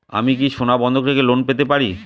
আমি কি সোনা বন্ধক রেখে লোন পেতে পারি?